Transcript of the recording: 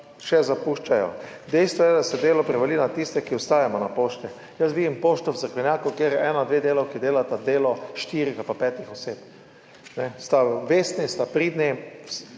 še zapuščajo. Dejstvo je, da se delo prevali na tiste, ki ostajamo na Pošti.« Jaz vidim pošto v Cerkvenjaku, kjer dve delavki delata delo štirih ali pa petih oseb. Sta vestni, pridni,